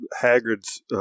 Haggard's